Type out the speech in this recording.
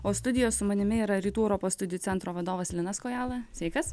o studijoj su manimi yra rytų europos studijų centro vadovas linas kojala sveikas